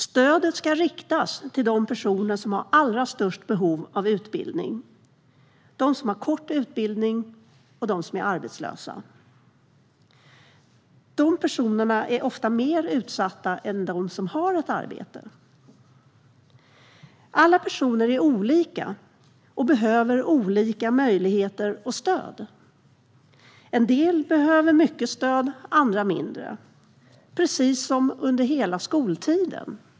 Stödet ska riktas till de personer som har allra störst behov av utbildning, de som har kort utbildning och de som är arbetslösa. Dessa personer är ofta mer utsatta än dem som har ett arbete. Alla personer är olika och behöver olika möjligheter och stöd. En del behöver mycket stöd, andra mindre. Det är precis som under skoltiden.